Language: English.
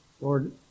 Lord